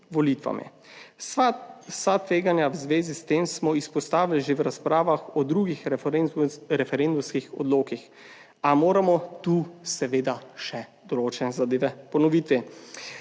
volitvami. Vsa tveganja v zvezi s tem smo izpostavili že v razpravah o drugih referendumskih odlokih, a moramo tu seveda še določene zadeve ponoviti.